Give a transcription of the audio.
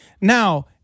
Now-